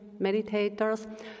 meditators